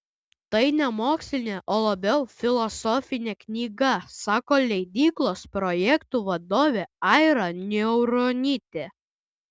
tai ne mokslinė o labiau filosofinė knyga sako leidyklos projektų vadovė aira niauronytė